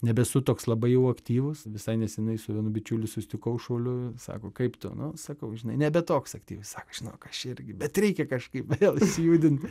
nebesu toks labai jau aktyvūs visai nesenai su vienu bičiuliu susitikau šauliu sako kaip tu nu sakau žinai nebe toks aktyvus jis sako žinok aš irgi bet reikia kažkaip vėl išsijudint